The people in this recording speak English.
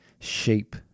shape